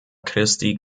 christi